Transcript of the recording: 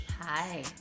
Hi